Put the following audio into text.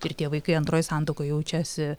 ir tie vaikai antroj santuokoj jaučiasi